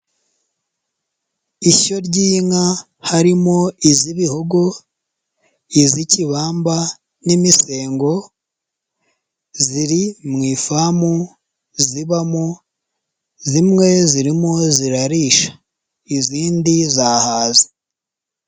Ishyo ry'inka harimo iz'ibihogo, iz'ikibamba n'imisengo, ziri mu ifamu zibamo, zimwe zirimo zirarisha. Izindi zahaze.